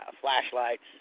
flashlights